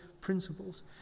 principles